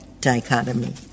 dichotomy